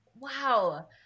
Wow